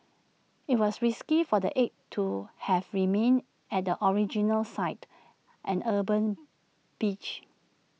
IT was risky for the eggs to have remained at the original site an urban beach